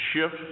shift